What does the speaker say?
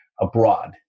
abroad